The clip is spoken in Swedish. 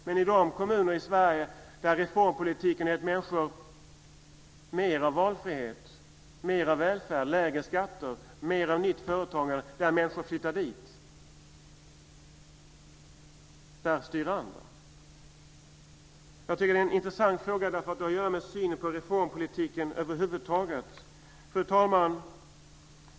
Men i de kommuner i Sverige där reformpolitiken har gett människor mera valfrihet, mera välfärd, lägre skatter, mera nytt företagande och dit människor flyttar styr andra. Jag tycker att det är en intressant fråga därför att det har att göra med synen på reformpolitiken över huvud taget. Fru talman!